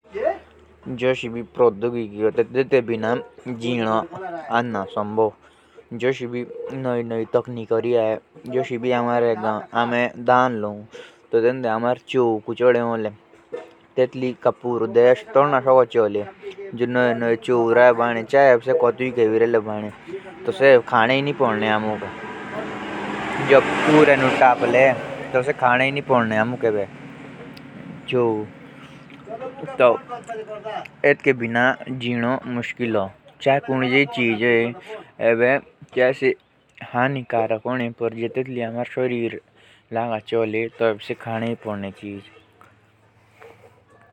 प्रोद्योगिकी आमर फसळो के जांच करो और फसल और आचे कोशे होन्दे तेतुके बरे मुझे खोज करो। साती ही आमुक कुंजे फसळो मुझा कुंजी द्वै दालत नि कुचोदी दालत नि सब के जानकारी देओ।